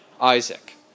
Isaac